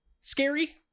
Scary